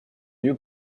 mieux